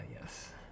yes